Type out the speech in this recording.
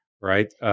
right